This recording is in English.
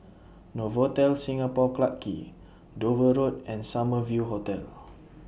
Novotel Singapore Clarke Quay Dover Road and Summer View Hotel